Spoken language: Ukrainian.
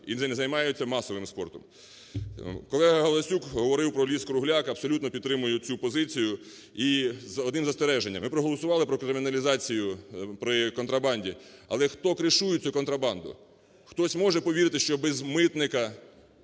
І не займаються масовим спортом. Колега Галасюк говорив про ліс-кругляк. Абсолютно підтримую цю позиці. І одне застереження. Ми проголосували про криміналізацію при контрабанді. Але хто кришує цю контрабанду? Хтось може повірити, що без митника